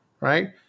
right